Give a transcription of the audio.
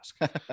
ask